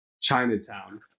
chinatown